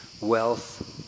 wealth